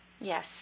Yes